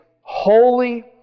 holy